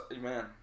man